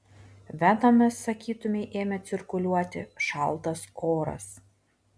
venomis sakytumei ėmė cirkuliuoti šaltas oras